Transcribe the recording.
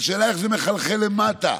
והשאלה איך זה מחלחל למטה,